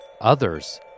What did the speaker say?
Others